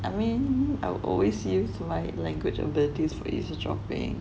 I mean I'll always used my language abilities for usage of being